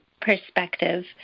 perspective